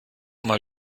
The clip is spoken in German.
mal